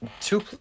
Two